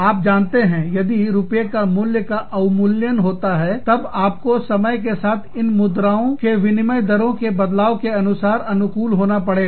और आप जानते हैं यदि रुपए के मूल्य का अवमूल्यन होता है तब आपको समय के साथ इन मुद्रा विनियम दरों के बदलाव के अनुसार अनुकूल होना पड़ेगा